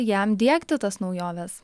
jam diegti tas naujoves